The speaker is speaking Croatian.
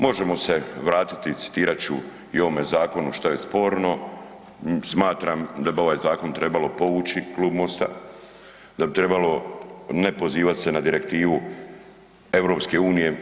Možemo se vratiti, citirat ću i ovome zakonu šta je sporno, smatram da bi ovaj zakon trebalo povući, klub Mosta, da bi trebalo ne pozivat se na direktivu EU.